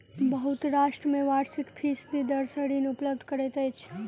बहुत राष्ट्र में वार्षिक फीसदी दर सॅ ऋण उपलब्ध करैत अछि